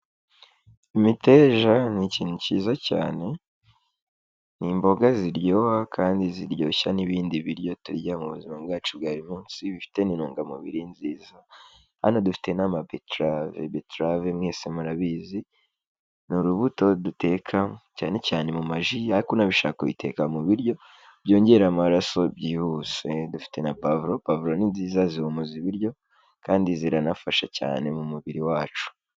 Imiteja ni ikintu cyiza cyane, ni imboga ziryoha kandi ziryoshya n'ibindi biryo turya mu buzima bwacu bwa buri munsi, ifite n'intungamubiri, nziza hano dufite n'ama beterave, betrave mwese murabizi ni urubuto duteka cyane cyane mu maji arko unabishaka uziteka mu biryo, byongera amaraso byihuse, dufite na pavuro, pavuro ni nziza zihumuza ibiryo kandi ziranafasha cyane mu mubiri wacu.